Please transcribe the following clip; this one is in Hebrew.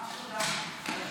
ממש ריגשת אותנו.